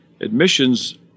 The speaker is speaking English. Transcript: admissions